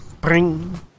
Bring